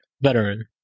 Veteran